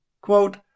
quote